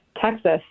Texas